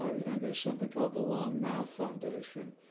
but you know, there's something called the long now foundation,